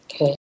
Okay